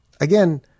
Again